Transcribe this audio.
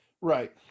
Right